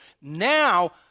Now